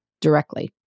directly